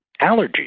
allergies